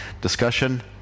discussion